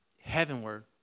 heavenward